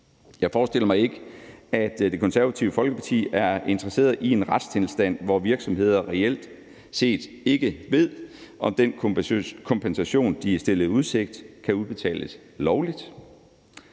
Jeg forestiller mig ikke, at Det Konservative Folkeparti er interesseret i en retstilstand, hvor virksomheder reelt set ikke ved, om den kompensation, de er stillet i udsigt, kan udbetales lovligt.